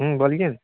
हूँ बोलिए ने